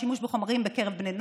שימוש בחומרים בקרב בני נוער,